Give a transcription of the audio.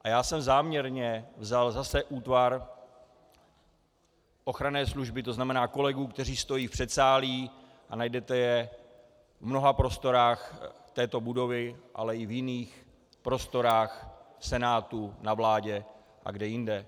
Já jsem záměrně vzal zase útvar ochranné služby, to znamená kolegů, kteří stojí v předsálí, a najdete je v mnoha prostorách této budovy, ale i v jiných prostorách, v Senátu, na vládě a jinde.